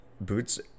boots